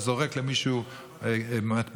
אתה זורק למישהו מטבע?